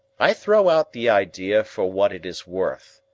i throw out the idea for what it is worth.